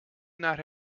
naar